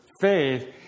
faith